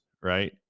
right